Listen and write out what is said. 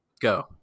go